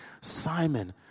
Simon